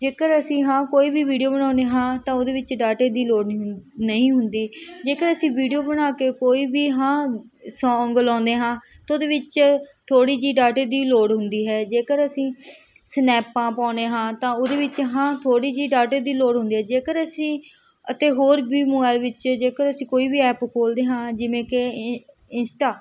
ਜੇਕਰ ਅਸੀਂ ਹਾਂ ਕੋਈ ਵੀ ਵੀਡੀਓ ਬਣਾਉਂਦੇ ਹਾਂ ਤਾਂ ਉਹਦੇ ਵਿੱਚ ਡਾਟੇ ਦੀ ਲੋੜ ਨਹੀਂ ਹੁੰਦੀ ਨਹੀਂ ਹੁੰਦੀ ਜੇਕਰ ਅਸੀਂ ਵੀਡੀਓ ਬਣਾ ਕੇ ਕੋਈ ਵੀ ਹਾਂ ਸੌਂਗ ਲਾਉਂਦੇ ਹਾਂ ਤਾਂ ਉਹਦੇ ਵਿੱਚ ਥੋੜ੍ਹੀ ਜਿਹੀ ਡਾਟੇ ਦੀ ਲੋੜ ਹੁੰਦੀ ਹੈ ਜੇਕਰ ਅਸੀਂ ਸਨੈਪਾਂ ਪਾਉਂਦੇ ਹਾਂ ਤਾਂ ਉਹਦੇ ਵਿੱਚ ਹਾਂ ਥੋੜ੍ਹੀ ਜਿਹੀ ਡਾਟੇ ਦੀ ਲੋੜ ਹੁੰਦੀ ਹੈ ਜੇਕਰ ਅਸੀਂ ਅਤੇ ਹੋਰ ਵੀ ਮੋਬਾਇਲ ਵਿੱਚ ਜੇਕਰ ਅਸੀਂ ਕੋਈ ਵੀ ਐਪ ਖੋਲ੍ਹਦੇ ਹਾਂ ਜਿਵੇਂ ਕਿ ਇੰਸਟਾ